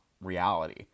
reality